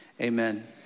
amen